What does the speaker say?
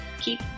keep